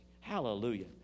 Hallelujah